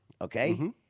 okay